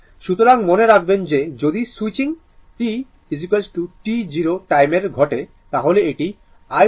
সুতরাং মনে রাখবেন যে যদি সুইচিং t t 0 টাইমে ঘটে তাহলে এটি i t 0 হবে